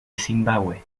zimbabue